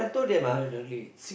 no no don't be